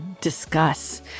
discuss